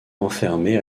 enfermé